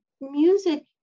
Music